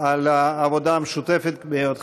על העבודה המשותפת, תודה רבה לך.